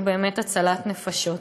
הוא באמת הצלת נפשות.